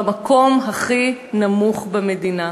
במקום הכי נמוך במדינה?